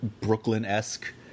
Brooklyn-esque